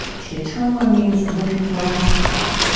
tiatunwa means looking for a homesite,